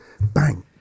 bang